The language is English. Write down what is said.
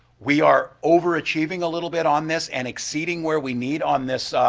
we are over-achieving a little bit on this and exceeding where we need on this